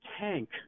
tank